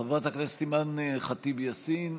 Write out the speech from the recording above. חברת הכנסת אימאן ח'טיב יאסין,